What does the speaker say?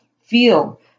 feel